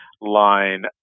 line